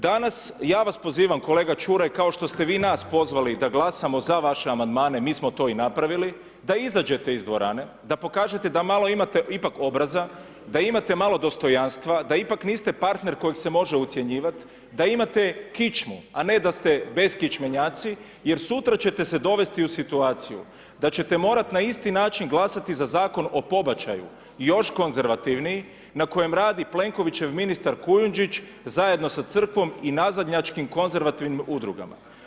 Danas, ja vas pozivam kolega Čuraj, kao što ste vi nas pozvali da glasamo za vaše Amandmane, mi smo to napravili, da izađete iz dvorane, da pokažete da malo imate ipak obraza, da imate malo dostojanstva, da ipak niste partner kojeg se može ucjenjivat, da imate kičmu, a ne da ste beskičmenjaci, jer sutra ćete se dovesti u situaciju da ćete morati na isti način glasati za Zakon o pobačaju, još konzervativniji, na kojem radi Plenkovićev ministar Kujundžić zajedno sa Crkvom i nazadnjačkim konzervativnim udrugama.